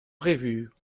prévues